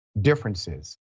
differences